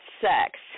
sex